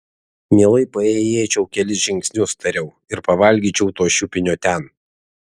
mielai paėjėčiau kelis žingsnius tariau ir pavalgyčiau to šiupinio ten